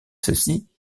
cecy